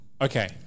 Okay